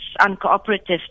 uncooperative